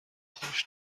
خوش